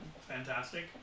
fantastic